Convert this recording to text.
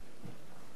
התלמוד אומר: